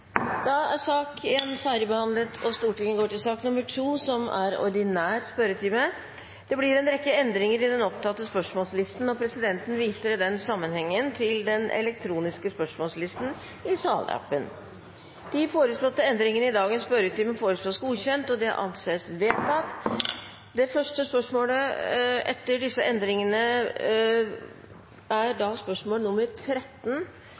Da er den muntlige spørretimen omme. Det blir en rekke endringer i den oppsatte spørsmålslisten, og presidenten viser i den sammenhengen til den elektroniske spørsmålslisten i salappen. De forslåtte endringer i dagens spørretime foreslås godkjent. – Det anses vedtatt. Endringene var som følger: Spørsmål 1, fra representanten Kari Henriksen til statsministeren, vil bli besvart av justis- og beredskapsministeren som rette vedkommende. Etter